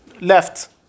left